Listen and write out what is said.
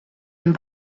and